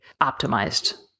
optimized